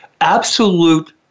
absolute